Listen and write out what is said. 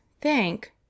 thank